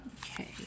Okay